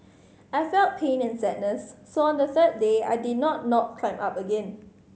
I felt pain and sadness so on the third day I did not not climb up again